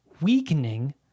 weakening